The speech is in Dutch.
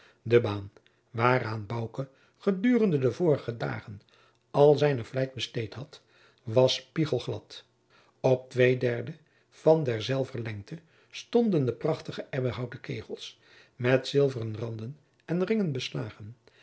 de baan waaraan bouke gedurende de vorige dagen al zijne vlijt besteed had was spiegelglad op twee derden van derzelver lengte stonden de prachtige ebbenhouten kegels met zilveren randen en ringen beslagen